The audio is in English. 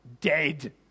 dead